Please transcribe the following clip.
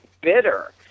bitter